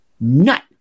nut